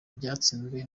byatsinzwe